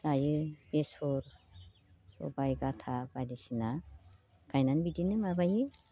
जायो बेसर सबाइ गाथा बायदिसिना गायनानै बिदिनो माबायो